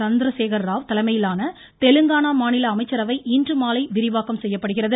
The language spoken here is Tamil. சந்திரசேகர ராவ் தலைமையிலான தெலுங்கானா மாநில அமைச்சரவை இன்றுமாலை விரிவாக்கம் செய்யப்படுகிறது